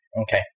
Okay